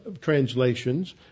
translations